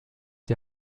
die